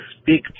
speak